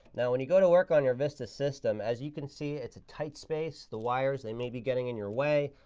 now, when you go to work on your vista system, as you can see, it's a tight space. the wires, they may be getting in your way.